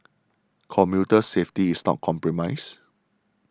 commuter safety is not compromised